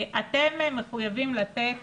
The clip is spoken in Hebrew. אתם מחויבים לתת